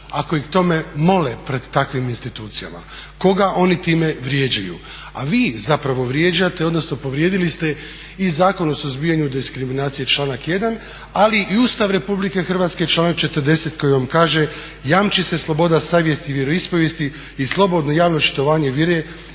ako ih tome mole pred takvim institucijama, koga oni time vrijeđaju. A vi zapravo vrijeđate, odnosno povrijedili ste i Zakon o suzbijanju diskriminacije članak 1., ali i Ustav Republike Hrvatske članak 40. koji vam kaže jamči se sloboda savjesti i vjeroispovijesti i slobodno javno štovanje vjere